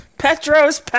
Petros